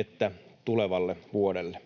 että tulevalle vuodelle.